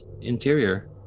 interior